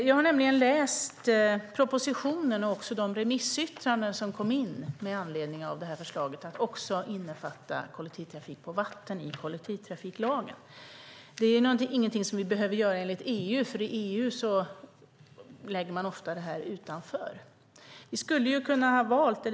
Jag har nämligen läst propositionen och också de remissyttranden som kom in med anledning av förslaget att kollektivtrafiklagen också ska innefatta kollektivtrafik på vatten. Det är ingenting som vi behöver göra enligt EU, för i EU lägger man det ofta utanför.